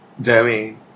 Jeremy